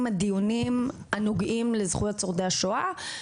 הדיונים הנוגעים לזכויות שורדי השואה,